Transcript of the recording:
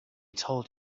told